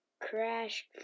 crash